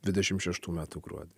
dvidešimt šeštų metų gruodį